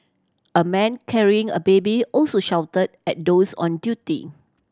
a man carrying a baby also shout at those on duty